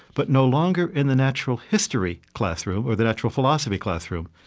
but no longer in the natural history classroom or the natural philosophy classroom.